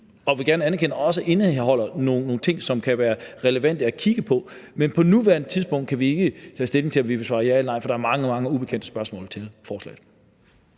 vil vi gerne anerkende – indeholder nogle ting, som kan være relevante at kigge på, men på nuværende tidspunkt kan vi ikke tage stilling til, om vi vil svare ja eller nej, for der er mange, mange ubekendte spørgsmål i forbindelse